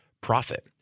profit